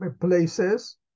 places